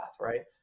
right